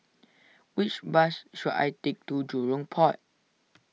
which bus should I take to Jurong Port